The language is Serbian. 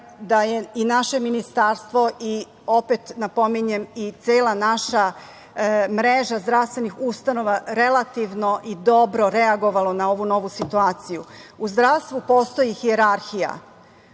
da je i naše Ministarstvo i opet napominjem, cela naša mreža zdravstvenih ustanova relativno i dobro reagovala na ovu situaciju. U zdravstvu postoji hijerarhija.